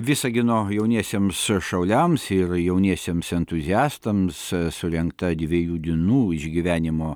visagino jauniesiems šauliams ir jauniesiems entuziastams surengta dviejų dienų išgyvenimo